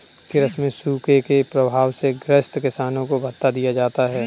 कृषि में सूखे के प्रभाव से ग्रसित किसानों को भत्ता दिया जाता है